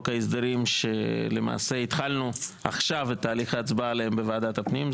ההסדרים שלמעשה התחלנו עכשיו את תהליך ההצבעה עליהן בוועדת הפנים.